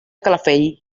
calafell